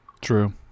True